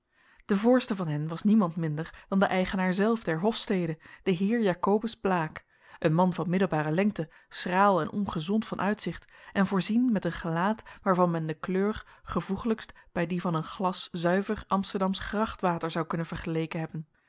de voorste van hen was niemand minder dan de eigenaar zelf der hofstede de heer jacobus blaek een man van middelbare lengte schraal en ongezond van uitzicht en voorzien met een gelaat waarvan men de kleur gevoeglijkst bij die van een glas zuiver amsterdamsch grachtwater zou kunnen vergeleken hebben